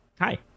hi